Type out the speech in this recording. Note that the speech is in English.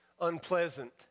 unpleasant